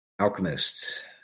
alchemists